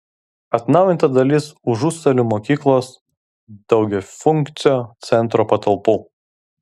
atnaujinta dalis užusalių mokyklos daugiafunkcio centro patalpų